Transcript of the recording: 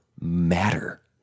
matter